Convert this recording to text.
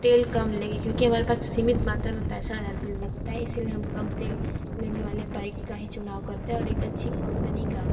तेल कम लगे क्योंकि हमारे पास सीमित मात्रा में पैसा रह लगता है इस लिए हम कम तेल लेने वाले बाइक का ही चुनाव करते हैं और एक अच्छी कंपनी का